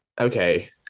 okay